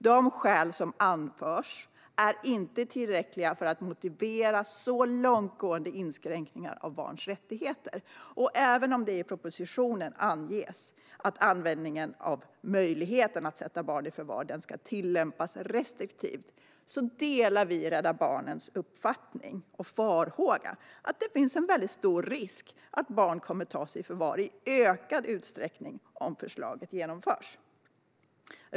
De skäl som anförs är inte tillräckliga för att motivera så långtgående inskränkningar av barns rättigheter. Även om det i propositionen anges att användningen av möjligheten att sätta barn i förvar ska tillämpas restriktivt delar vi Rädda Barnens farhåga att det finns en stor risk för att barn kommer att tas i förvar i ökad utsträckning om förslaget genomförs.